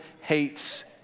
hates